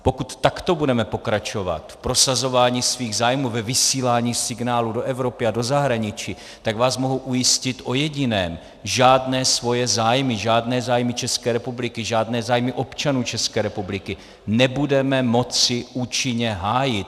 Pokud takto budeme pokračovat v prosazování svých zájmů, ve vysílání signálu do Evropy a do zahraničí, tak vás mohu ujistit o jediném: žádné svoje zájmy, žádné zájmy České republiky, žádné zájmy občanů České republiky nebudeme moci účinně hájit.